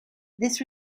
this